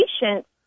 patients